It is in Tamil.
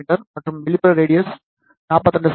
மீ மற்றும் வெளிப்புற ரேடியஸ் 42 செ